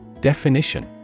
Definition